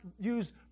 use